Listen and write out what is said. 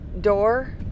door